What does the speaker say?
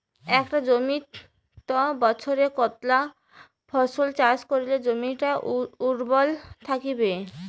একটা জমিত বছরে কতলা ফসল চাষ করিলে জমিটা উর্বর থাকিবে?